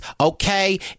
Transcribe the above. Okay